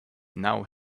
now